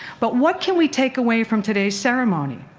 but what can we take away from today's ceremony?